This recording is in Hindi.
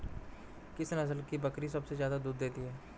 किस नस्ल की बकरी सबसे ज्यादा दूध देती है?